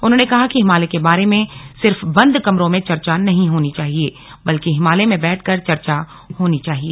उन्होंने कहा कि हिमालय के बारे में सिर्फ बंद कमरों में चर्चा नहीं होनी चाहिए बल्कि हिमालय में बैठकर चर्चा होनी चाहिए